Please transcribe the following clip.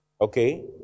okay